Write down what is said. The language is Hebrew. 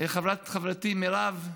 חברתי מירב,